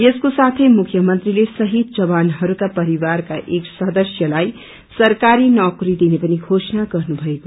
यसको साथै मुख्य मंत्रीले शहीद जवानहरूमा परिवारका एक सदस्यताइ सरकारी नौकरी दिने पनि घोषणा गर्नुभएको छ